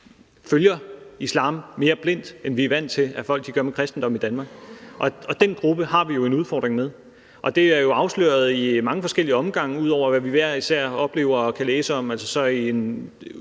følger islam mere blindt, end vi er vant til at folk gør med kristendommen i Danmark, og den gruppe har vi jo en udfordring med. Det er jo afsløret i mange forskellige omgange, ud over hvad vi hver især oplever og kan læse om, i